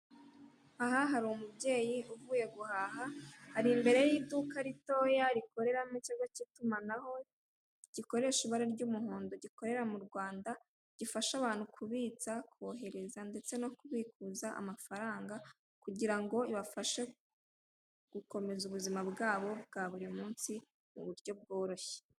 Aha hari umubyeyi uvuye guhaha, ari imbere y'iduka ritoya rikoreramo ikigo cy'itumanaho gukoresha ibara ry'umuhondo, gukorera mu Rwanda, gifasha abantu kubutsa, kohereza, ndetse no kubikuza amafaranga, kugira ngo ibafashe gukomeza ubuzima bwabo bwa buri munsi mu buryo bworoshye.